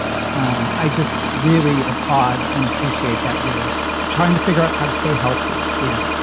um i just really applaud and appreciate that you're trying to figure out how to stay healthy yeah.